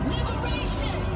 Liberation